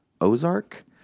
Ozark